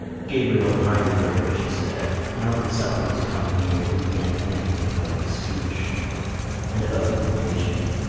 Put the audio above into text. gabriel hardly heard what she said. now that supper was coming near he began to think again about his speech and about the quotation.